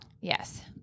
Yes